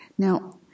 Now